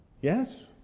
Yes